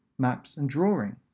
maps, and drawing.